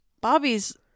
Bobby's